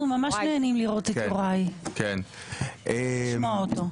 אנחנו ממש נהנים לראות את יוראי ולשמוע אותו.